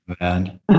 man